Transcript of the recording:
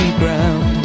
ground